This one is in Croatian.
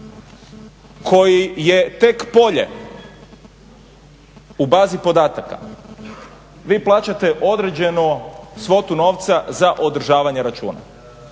koji je tek polje u bazi podataka vi plaćate određenu svotu novca za odražavanje računa